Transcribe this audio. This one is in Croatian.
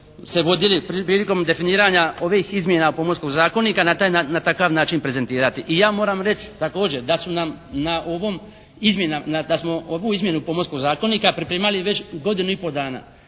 se vodili prilikom definiranja ovih izmjena Pomorskog zakonika na taj, na takav način prezentirati. I ja moram reći također da su nam na ovom izmjena, da smo ovu izmjenu Pomorskog zakonika pripremali već godinu i po dana.